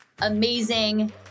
amazing